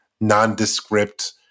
nondescript